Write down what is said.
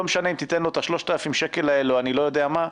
לא משנה אם תיתן לו את ה-3,000 שקלים האלו או אני לא יודע מה.